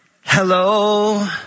Hello